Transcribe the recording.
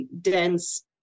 dense